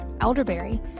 elderberry